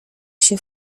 się